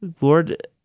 Lord